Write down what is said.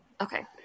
Okay